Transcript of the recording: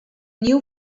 new